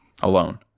alone